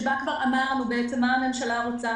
שבה כבר אמרנו מה הממשלה רוצה,